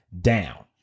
down